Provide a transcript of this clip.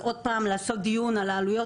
ועוד פעם לעשות דיון על העלויות.